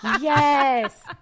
Yes